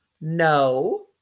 no